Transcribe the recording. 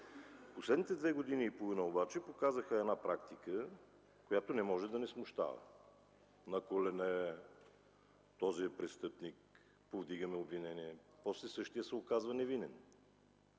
Последните две години и половина обаче показаха една практика, която не може да не смущава: „На коленеее!”, „Този е престъпник!”, „Повдигаме обвинение!”, а после същият се оказва невинен.